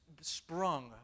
sprung